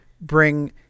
bring